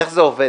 איך זה עובד: